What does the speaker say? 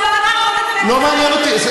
לא מעניין אותי.